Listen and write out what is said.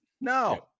No